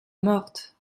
morte